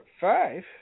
five